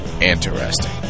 interesting